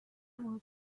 was